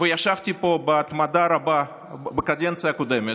וישבתי פה בהתמדה רבה בקדנציה הקודמת,